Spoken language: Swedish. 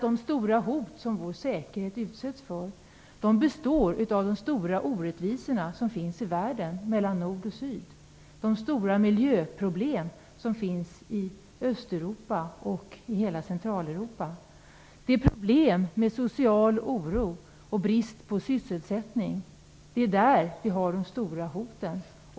De stora hot som vår säkerhet utsätts för består av de stora orättvisorna som finns i världen mellan nord och syd och de stora miljöproblemen i Östeuropa och i hela Centraleuropa. Problem med social oro och brist på sysselsättning är de stora hoten.